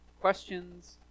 questions